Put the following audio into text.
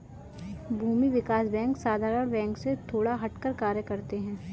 भूमि विकास बैंक साधारण बैंक से थोड़ा हटकर कार्य करते है